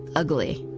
ugly,